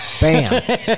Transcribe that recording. Bam